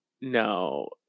No